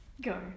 Go